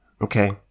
okay